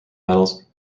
metals